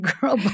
girl